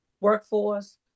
workforce